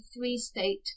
three-state